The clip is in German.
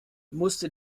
musste